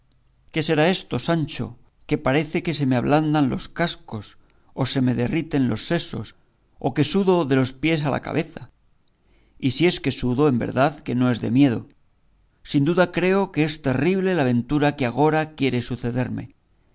qué será esto sancho que parece que se me ablandan los cascos o se me derriten los sesos o que sudo de los pies a la cabeza y si es que sudo en verdad que no es de miedo sin duda creo que es terrible la aventura que agora quiere sucederme